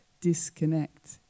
disconnect